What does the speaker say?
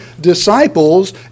disciples